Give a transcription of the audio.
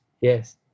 yes